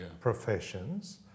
professions